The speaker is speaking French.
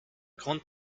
grandes